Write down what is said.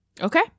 Okay